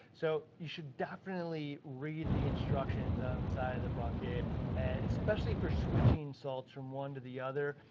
so you should definitely read the instructions on the side of the bucket and especially for switching salts from one to the other,